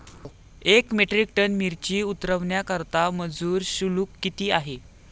एक metric ton मिरची उतरवण्याकरता मजुर शुल्क किती आहे?